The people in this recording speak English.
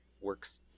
works